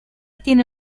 tiene